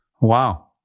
Wow